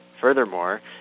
Furthermore